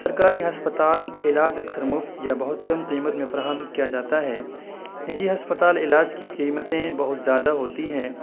سرکاری ہسپتال علاج اکثر مفت یا بہت کم قیمت میں فراہم کیا جاتا ہے ںجی ہسپتال علاج کی قیمتیں بہت زیادہ ہوتی ہیں